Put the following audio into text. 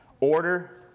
order